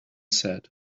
said